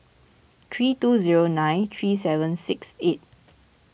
three two zero nine three seven six eight